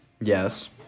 Yes